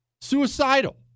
Suicidal